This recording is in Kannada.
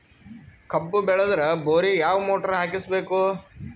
ಕಬ್ಬು ಬೇಳದರ್ ಬೋರಿಗ ಯಾವ ಮೋಟ್ರ ಹಾಕಿಸಬೇಕು?